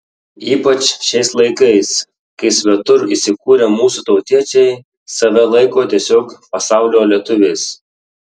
ypač šiais laikais kai svetur įsikūrę mūsų tautiečiai save laiko tiesiog pasaulio lietuviais